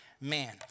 man